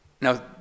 Now